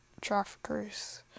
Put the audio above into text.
traffickers